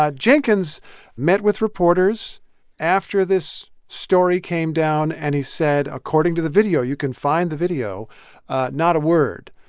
ah jenkins met with reporters after this story came down. and he said according to the video. you can find the video not a word.